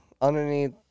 underneath